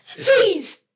Please